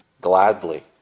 gladly